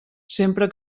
sempre